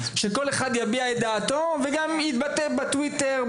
שכל אחד יביע את דעתו וגם יתבטא בטוויטר,